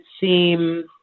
seem